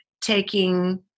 taking